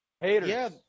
Haters